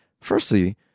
firstly